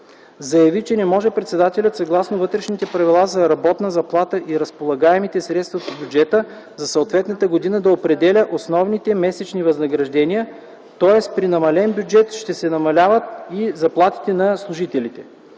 Заяви, че не може председателят, съгласно вътрешните правила за работна заплата и разполагаемите средства по бюджета за съответната година, да определя основните месечни възнаграждения, тоест при намален бюджет ще се намаляват и заплатите на служителите.